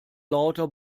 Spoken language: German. lauter